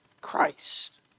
Christ